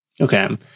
Okay